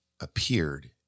appeared